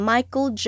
Michael